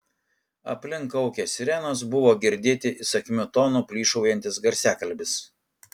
aplink kaukė sirenos buvo girdėti įsakmiu tonu plyšaujantis garsiakalbis